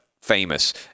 famous